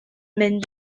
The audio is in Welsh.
mynd